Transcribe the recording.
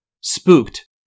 Spooked